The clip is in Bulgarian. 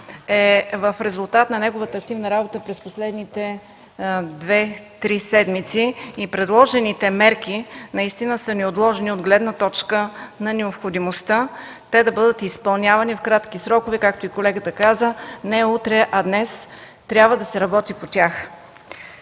е в резултат на неговата активна работа през последните две-три седмици. Предложените мерки наистина са неотложни от гледна точка на необходимостта да бъдат изпълнявани в кратки срокове – както каза и колегата – „не утре, а днес трябва да се работи по тях”.